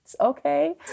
Okay